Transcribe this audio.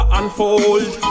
unfold